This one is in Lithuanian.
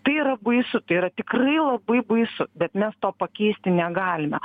tai yra baisu tai yra tikrai labai baisu bet mes to pakeisti negalime